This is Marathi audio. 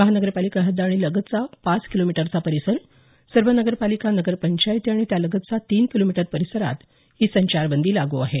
महानगरपालिका हद्द आणि लगतचा पाच किलोमीटरचा परिसर सर्व नगरपालिका नगर पंचायती आणि त्यालगतच्या तीन किलोमीटर परिसरात ही संचारबंदी लागू आहे